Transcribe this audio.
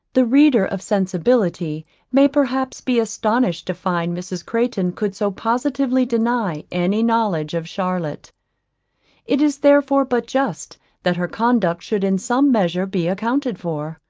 the reader of sensibility may perhaps be astonished to find mrs. crayton could so positively deny any knowledge of charlotte it is therefore but just that her conduct should in some measure be accounted for.